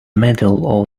middle